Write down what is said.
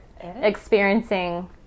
experiencing